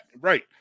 Right